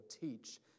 teach